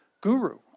guru